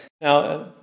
Now